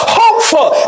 hopeful